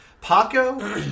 Paco